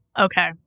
Okay